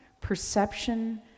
perception